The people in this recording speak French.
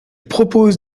propose